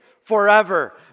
forever